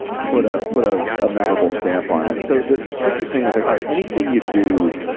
put ah put ah a memorable stamp on it. and so the tricky thing is, like all right, anything you do